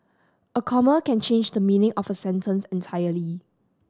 a comma can change the meaning of a sentence entirely